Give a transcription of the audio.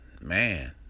man